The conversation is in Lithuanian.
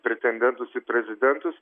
pretendentus į prezidentus